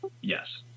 Yes